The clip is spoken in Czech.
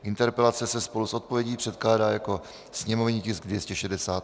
Interpelace se spolu s odpovědí předkládá jako sněmovní tisk 268.